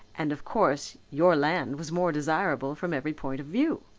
and of course your land was more desirable from every point of view.